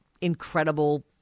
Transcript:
incredible